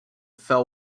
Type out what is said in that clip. fell